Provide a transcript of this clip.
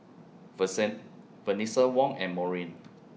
Venessa Wong and Maurine